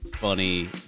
Funny